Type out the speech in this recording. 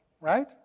right